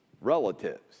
relatives